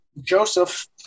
Joseph